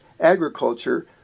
agriculture